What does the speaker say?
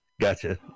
Gotcha